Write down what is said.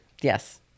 Yes